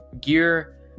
gear